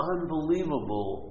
Unbelievable